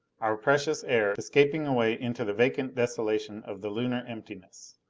our precious air, escaping away into the vacant desolation of the lunar emptiness.